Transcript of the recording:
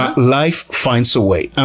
ah life finds a way, ah